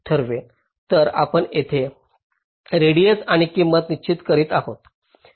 तर आपण येथे रेडिएस आणि किंमत निश्चित करीत आहोत